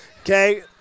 Okay